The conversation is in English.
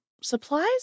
supplies